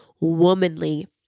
womanly